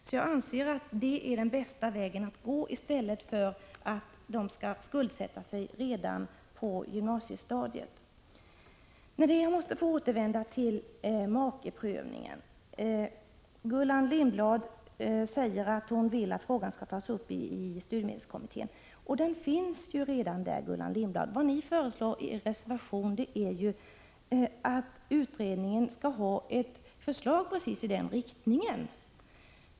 Därför anser jag att detta är den bästa vägen i stället för att vederbörande skuldsätter sig redan på gymnasiestadiet. Jag måste få återvända till makeprövningen. Gullan Lindblad sade att hon ville att frågan skulle tas upp i studiemedelskommittén, men den finns ju redan där. Vad ni föreslår i er reservation syftar ju till att utredningen skall lämna ett förslag som går i en viss riktning.